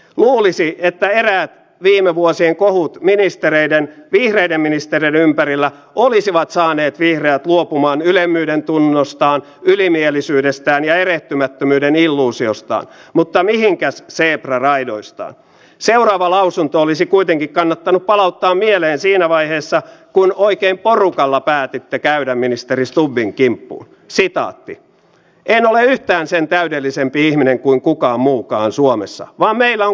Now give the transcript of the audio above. se että poliisi tulli ja raja tekevät yhteistyötä tässä maassa on äärimmäisen tärkeä asia ja erehtymättömyyden illuusiostaan mutta mihinkäs seepra vaikkakin pienet määrärahalisäykset tulevat ne tulevat erittäin suureen tarpeeseen ja tässä maassa pitää valmistautua myös siihen että tarvittaessa voimme tarvittavilla lisäbudjeteilla osoittaa lisämäärärahoja sen tilanteen mukaan mikä rajoilla on